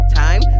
time